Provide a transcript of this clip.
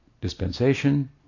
dispensation